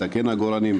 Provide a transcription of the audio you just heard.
מתקן עגורנים,